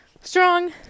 Strong